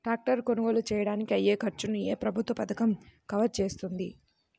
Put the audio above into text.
Tractor కొనుగోలు చేయడానికి అయ్యే ఖర్చును ఏ ప్రభుత్వ పథకం కవర్ చేస్తుంది?